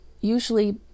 usually